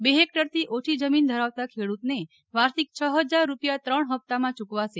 બે હેક્ટરથી ઓછી જમીન ધરાવતા ખેડૂતને વાર્ષિક છ હજાર રૂપિયા ત્રણ હપ્તામાં ચુકવાશે